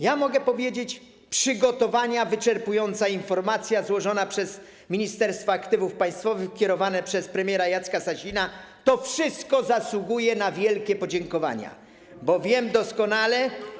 Ja mogę powiedzieć, że przygotowania, wyczerpująca informacja złożona przez Ministerstwo Aktywów Państwowych kierowane przez premiera Jacka Sasina, to wszystko zasługuje na wielkie podziękowania, bo wiem doskonale.